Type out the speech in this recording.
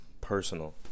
personal